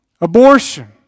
Abortion